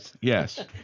Yes